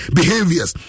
behaviors